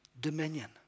dominion